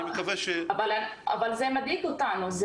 זה מדאיג אותנו.